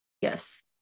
Yes